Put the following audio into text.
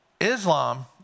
Islam